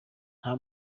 nta